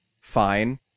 fine